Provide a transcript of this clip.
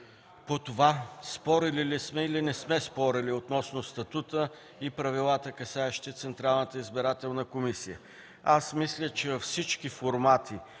по това спорили ли сме или не сме спорили по статута и правилата, касаещи Централната избирателна комисия. Мисля, че във всички формати